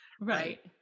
right